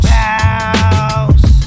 house